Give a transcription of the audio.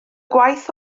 gwaith